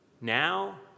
now